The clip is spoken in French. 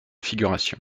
figuration